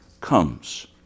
comes